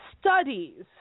studies